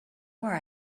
where